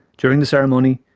during the ceremony,